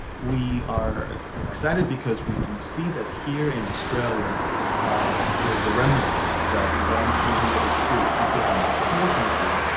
we are excited because we can see that here in australia there is a remnant that wants to hear the truth, because unfortunately,